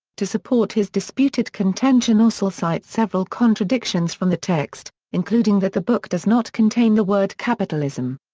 to support his disputed contention osel cites several contradictions from the text, including that the book does not contain the word capitalism.